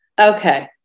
Okay